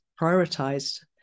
prioritized